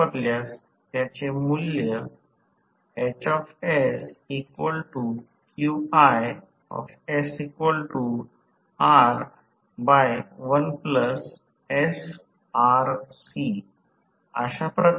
आणि त्याचप्रकारे आरंभिक टॉर्क च्या अभिव्यक्तीमध्ये समान गोष्ट ठेवल्यास केवळ r थेवेनिन x थेवेनिन 0 आहे व VThevenin b प्रारंभ होईल टॉर्क c वर v 2r2 हे समीकरण आहे 38